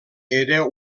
era